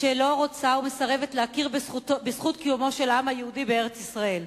שלא רוצה ומסרבת להכיר בזכות קיומו של העם היהודי בארץ-ישראל.